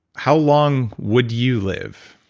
how long would you live?